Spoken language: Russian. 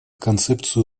концепцию